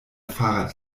fahrrad